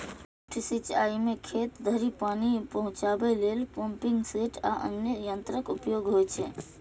lift सिंचाइ मे खेत धरि पानि पहुंचाबै लेल पंपिंग सेट आ अन्य यंत्रक उपयोग होइ छै